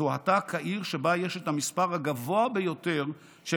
זוהתה כעיר שבה יש את המספר הגבוה ביותר של